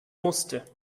musste